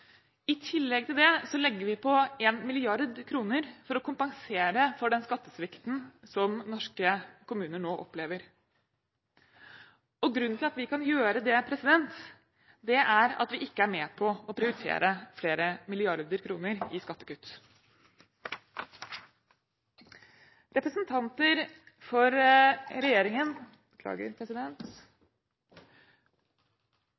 I tillegg til det legger vi på 1 mrd. kr for å kompensere for den skattesvikten som norske kommuner nå opplever. Grunnen til at vi kan gjøre det, er at vi ikke er med på å prestere flere milliarder kroner i skattekutt. Representanter for